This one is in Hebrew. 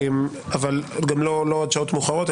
לא עד שעות מאוחרות,